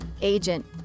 agent